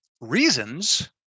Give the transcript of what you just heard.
reasons